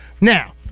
Now